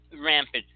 rampant